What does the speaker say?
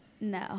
No